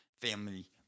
family